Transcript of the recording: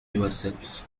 yourself